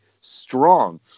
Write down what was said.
strong